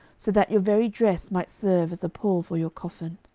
so that your very dress might serve as a pall for your coffin.